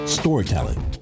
storytelling